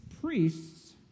priests